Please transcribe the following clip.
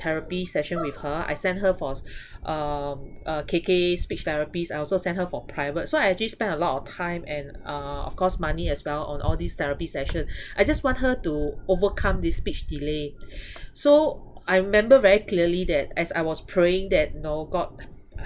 therapy session with her I sent her for um uh K_K speech therapists I also send her for private so I actually spent a lot of time and uh of course money as well on all these therapy session I just want her to overcome this speech delay so I remember very clearly that as I was praying that you know god